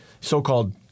so-called